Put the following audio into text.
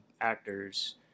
actors